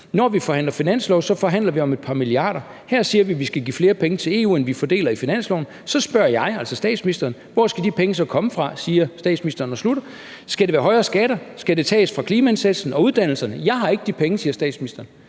Når vi forhandler finanslov, forhandler vi om et par milliarder kroner, og her siger vi, at vi skal give flere penge til EU, end vi fordeler i finansloven. Så spørger jeg, siger altså statsministeren: Hvor skal de penge så komme fra? Og statsministeren slutter: Skal det være højere skatter, skal det tages fra klimaindsatsen og uddannelserne? Jeg har ikke de penge, siger statsministeren.